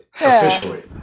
Officially